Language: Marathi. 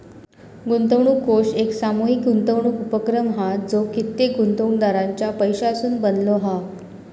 गुंतवणूक कोष एक सामूहीक गुंतवणूक उपक्रम हा जो कित्येक गुंतवणूकदारांच्या पैशासून बनलो हा